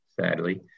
sadly